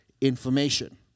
information